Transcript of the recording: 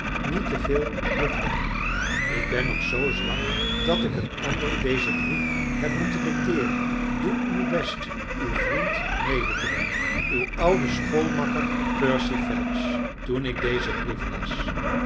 niet te veel durf denken ik ben nog zoo zwak dat ik een ander dezen brief heb moeten dicteeren doe uw best uw vriend mede te brengen uw oude schoolmakker percy phelps illustratie holmes was druk bezig met scheikundige proeven toen ik dezen brief las